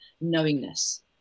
knowingness